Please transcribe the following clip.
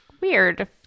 Weird